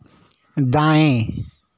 दाएँ